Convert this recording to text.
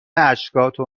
اشکاتو